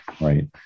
right